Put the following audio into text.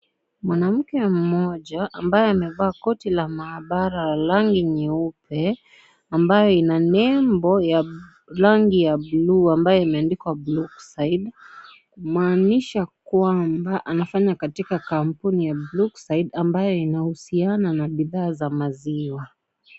Mwanamke mmoja ambaye amevaa koti la mahabara la rangi nyeupe, ambayo ina nembo ya rangi ya blue ambayo imeandikwa Brookeside , kumaanisha kwamba anafanya katika kampuni ya Brookeside ambayo inahusiana na bidhaa ya maziwa.